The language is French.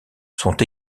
sont